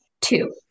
Two